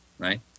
right